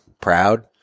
proud